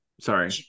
Sorry